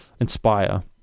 inspire